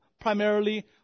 primarily